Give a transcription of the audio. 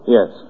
Yes